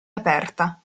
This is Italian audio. aperta